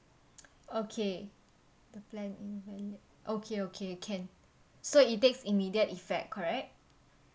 okay plan okay okay can so it takes immediate effect correct